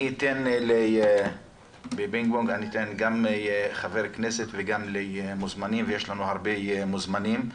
אני אתן בפינג פונג גם לחבר כנסת וגם למוזמנים ויש לנו הרבה מוזמנים.